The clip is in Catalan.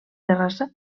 terrassa